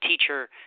teacher